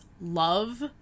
love